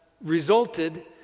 resulted